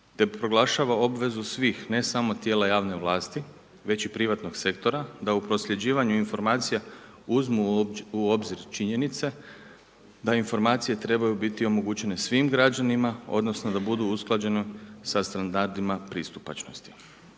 te proglašava obvezu svih, ne samo tijela javne vlasti već i privatnog sektora da u prosljeđivanju informacija uzmu u obzir činjenice da informacije trebaju biti omogućene svim građanima odnosno da budu usklađene sa standardima pristupačnosti.